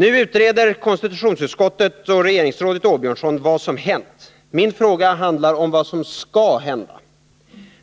Nu utreder konstitutionsutskottet och regeringsrådet Åbjörnsson vad som hänt. Min fråga handlar om vad som skall hända.